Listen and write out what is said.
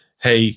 hey